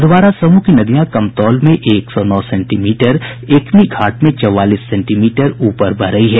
अधवारा समूह की नदियां कमतौल में एक सौ नौ सेंटीमीटर एकमी घाट में चौवालीस सेंटीमीटर ऊपर बह रही है